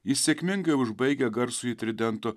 jis sėkmingai užbaigia garsųjį tridento